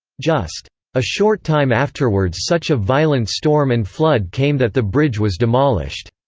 just a short time afterwards such a violent storm and flood came that the bridge was demolished.